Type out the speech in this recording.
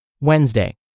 Wednesday